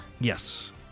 Yes